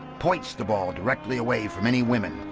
points the ball directly away from any women,